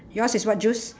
yours is what juice